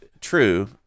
true